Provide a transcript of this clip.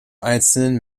einzelnen